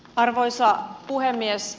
arvoisa puhemies